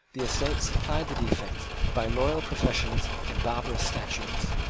the estates supplied the defect by loyal professions and barbarous statutes.